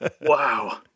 wow